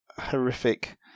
Horrific